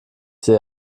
sehe